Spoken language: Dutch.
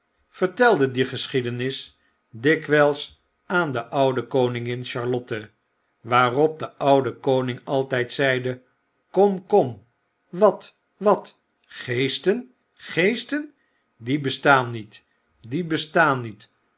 vettelde die geschiedenis dikwyls aan de oude koningin charlotte waarop de oude koning altyd zeide kom kom wat wat geesten geesten die bestaafi niet die bestaan niet